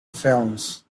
films